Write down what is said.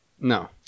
No